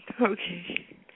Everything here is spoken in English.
Okay